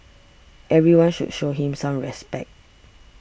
everyone should show him some respect